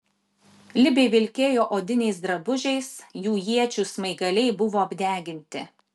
libiai vilkėjo odiniais drabužiais jų iečių smaigaliai buvo apdeginti